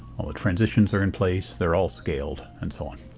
all the transitions are in place, they're all scaled, and so on.